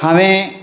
हांवें